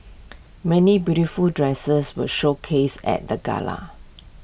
many beautiful dresses were showcased at the gala